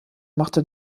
machte